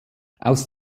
aus